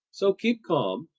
so keep calm,